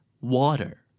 Water